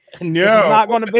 No